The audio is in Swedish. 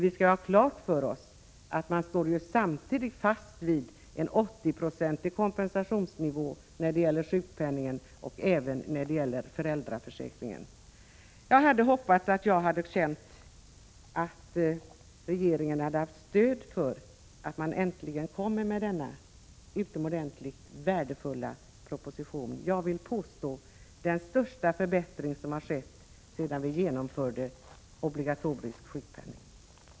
Vi skall ha klart för oss att man samtidigt står fast vid en 80-procentig kompensationsnivå när det gäller sjukpenningen och även när det gäller föräldraförsäkringen. Jag hade hoppats att jag skulle känna att regeringen hade stöd när man äntligen kom med denna utomordentligt värdefulla proposition. Jag vill påstå att det är den största förbättring som har skett sedan vi genomförde obligatorisk sjukpenning.